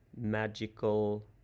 magical